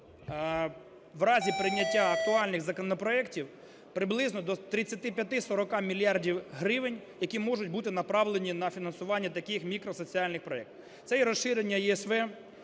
в разі прийняття актуальних законопроектів, приблизно до 35-40 мільярдів гривень, які можуть бути направлені на фінансування таких мікросоціальних проектів. Це і розширення ЄСВ,